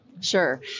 sure